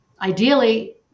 ideally